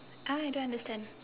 ah I don't understand